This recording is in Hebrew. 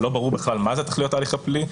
לא ברור בכלל מה זה תכליות ההליך הפלילי,